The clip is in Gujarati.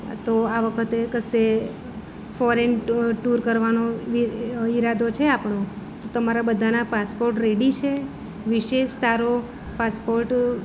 તો આ વખતે કશે ફોરેન ટુ ટુર કરવાનો ઈ ઇરાદો છે આપણો તો તમારા બધાના પાસપોર્ટ રેડી છે વિશેષ તારો પાસપોર્ટ